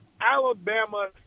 Alabama